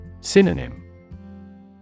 Synonym